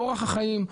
אורח החיים,